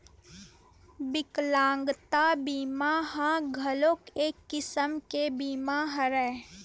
बिकलांगता बीमा ह घलोक एक किसम के बीमा हरय